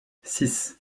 six